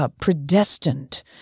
predestined